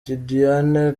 tidiane